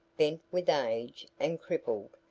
bent with age and crippled,